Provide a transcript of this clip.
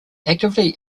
actively